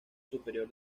superior